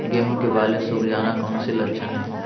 गेंहू की बाली सुख जाना कौन सी लक्षण है?